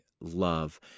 love